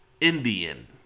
Indian